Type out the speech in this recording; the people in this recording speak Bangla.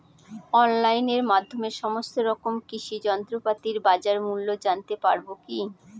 অনলাইনের মাধ্যমে সমস্ত রকম কৃষি যন্ত্রপাতির বাজার মূল্য জানতে পারবো কি?